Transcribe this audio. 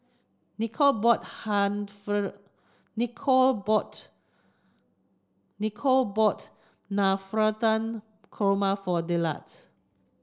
Nicolle bought Nicolle bought Nicolle bought Navratan Korma for Dillard